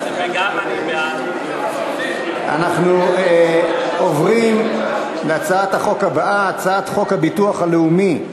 אנחנו עוברים להצעת חוק הביטוח הלאומי (תיקון,